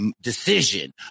decision